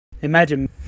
Imagine